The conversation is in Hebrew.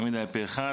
תמיד היה פה אחד.